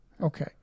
Okay